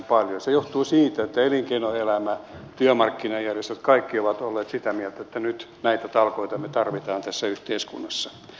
se johtuu siitä että elinkeinoelämä työmarkkinajärjestöt kaikki ovat olleet sitä mieltä että nyt näitä talkoitamme tarvitaan tässä yhteiskunnassa